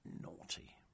naughty